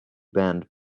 banned